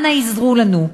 אנא עזרו לנו.